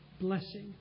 blessing